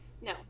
no